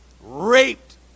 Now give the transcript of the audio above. raped